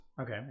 Okay